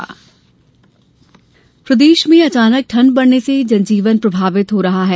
मौसम प्रदेश में अचानक ठंड बढ़ने से जनजीवन प्रभावित हो रहा है